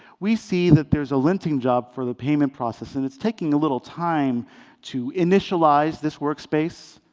we see that there's a linting job for the payment process, and it's taking a little time to initialize this workspace,